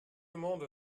monde